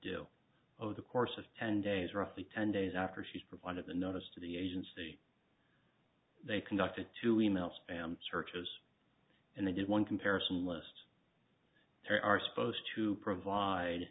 do over the course of ten days roughly ten days after she's provided the notice to the agency they conducted two e mail spam searches and they did one comparison list they are supposed to provide